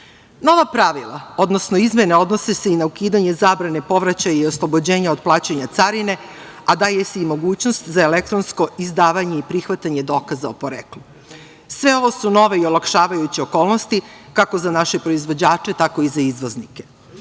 pravila, odnosno izmene, odnose se i na ukidanje zabrane, povraćaja i oslobođenja od plaćanja carine, a daje se i mogućnost za elektronsko izdavanje i prihvatanje dokaza o poreklu. Sve ovo su nove i olakšavajuće okolnosti, kako za naše proizvođače tako i za izvoznike. Nameru